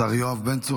השר יואב בן צור,